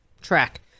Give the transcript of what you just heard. track